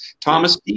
Thomas